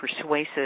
persuasive